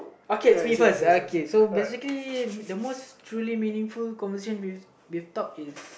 okay it's me first okay so basically the most truly meaningful conversation we've we've talked is